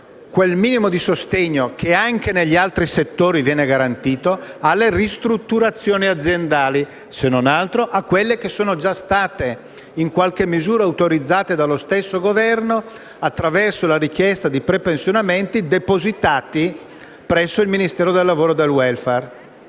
quel minimo di sostegno che, anche negli altri settori, viene garantito alle ristrutturazioni aziendali, se non altro a quelle che sono già state in qualche misura autorizzate dallo stesso Governo attraverso la richiesta di prepensionamenti depositati presso il Ministero del lavoro e delle